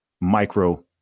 micro